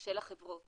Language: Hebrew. של החברות